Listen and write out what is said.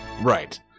Right